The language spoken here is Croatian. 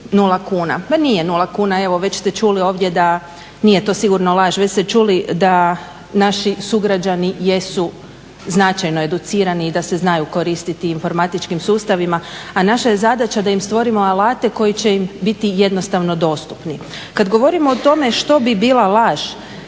0 kuna. Ma nije, 0 kuna, evo već ste čuli ovdje da nije to sigurno laž, već ste čuli da naši sugrađani jesu značajno educirani i da se znaju koristiti informatičkim sustavima a naša je zadaća da im stvorimo alate koji će im biti jednostavno dostupni. Kada govorimo o tome što bi bila laž,